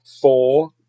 four